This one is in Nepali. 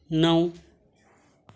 नौ